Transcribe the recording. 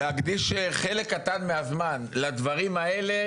להקדיש חלק קטן מהזמן לדברים האלה,